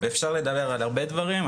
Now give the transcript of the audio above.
ואפשר לדבר על הרבה דברים,